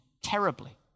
terribly